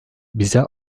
bize